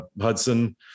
Hudson